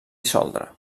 dissoldre